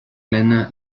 lena